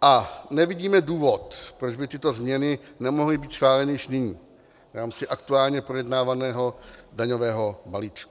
a nevidíme důvod, proč by tyto změny nemohly být schváleny již nyní v rámci aktuálně projednávaného daňového balíčku.